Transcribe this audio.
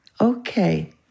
okay